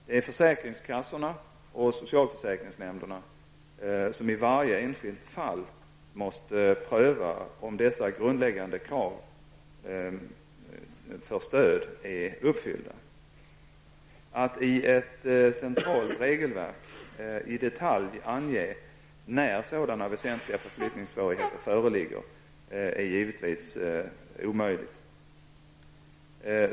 Det är försäkringskassorna och socialförsäkringsnämnderna som i varje enskilt fall måste pröva om dessa grundläggande krav för stöd är uppfyllda. Att i ett centralt regelverk i detalj ange när sådana väsentliga förflyttningssvårigheter föreligger är givetvis omöjligt.